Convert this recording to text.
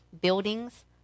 Buildings